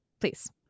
please